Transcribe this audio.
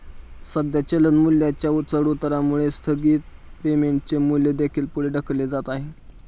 सध्या चलन मूल्याच्या चढउतारामुळे स्थगित पेमेंटचे मूल्य देखील पुढे ढकलले जात आहे